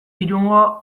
irungo